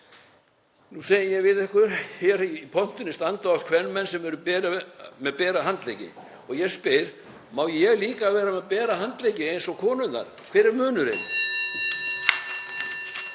Nú segi ég við ykkur: Hér í pontunni standa oft kvenmenn sem eru með bera handleggi. Ég spyr: Má ég líka að vera með bera handleggi eins og konurnar? Hver er munurinn?